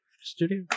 studio